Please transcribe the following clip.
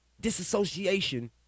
disassociation